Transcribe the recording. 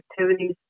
activities